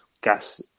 gas